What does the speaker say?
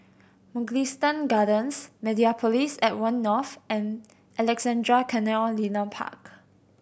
Mugliston Gardens Mediapolis at One North and Alexandra Canal Linear Park